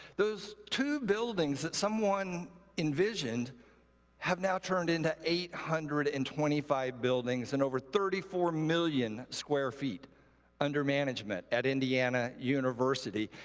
those two buildings that someone envisioned have now turned into eight hundred and twenty five buildings and over thirty four million square feet under management at indiana university.